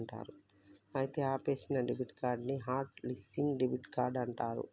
అయితే ఆపేసిన debit card ని హట్ లిస్సింగ్ డెబిట్ కార్డ్ అంటారు